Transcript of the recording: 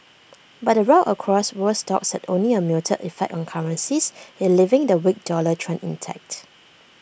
but the rout across world stocks had only A muted effect on currencies E leaving the weak dollar trend intact